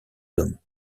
hommes